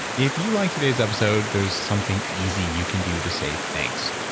if you like today's episode, there's something easy you can do to say thanks.